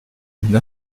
une